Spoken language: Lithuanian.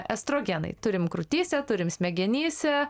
estrogenai turim krūtyse turim smegenyse